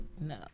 no